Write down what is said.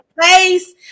face